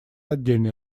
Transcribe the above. отдельный